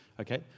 Okay